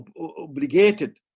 obligated